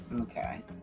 Okay